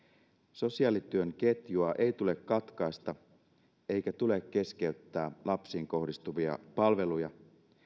sosiaalityön ketjua ei tule katkaista eikä tule keskeyttää lapsiin kohdistuvia palveluja